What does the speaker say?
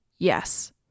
Yes